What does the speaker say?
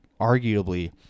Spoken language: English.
arguably